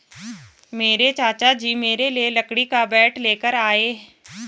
मेरे चाचा जी मेरे लिए लकड़ी का बैट लेकर आए